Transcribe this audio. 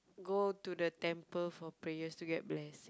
go to the temple for prayers to get blessing